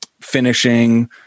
finishing